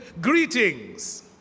greetings